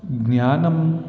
ज्ञानं